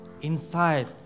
inside